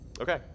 Okay